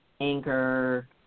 anger